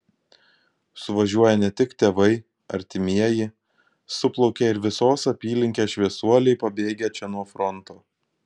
suvažiuoja ne tik tėvai artimieji suplaukia ir visos apylinkės šviesuoliai pabėgę čia nuo fronto